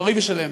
בריא ושלם.